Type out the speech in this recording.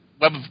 web